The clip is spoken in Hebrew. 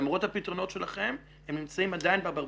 למרות הפתרונות שלכם הם נמצאים עדיין באברבנאל.